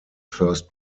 first